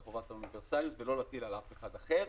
חובת האוניברסליות ולא להטיל על אף אחד אחר.